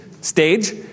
stage